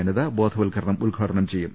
അനിത ബോധവൽക്ക രണം ഉദ്ഘാടനം ചെയ്യും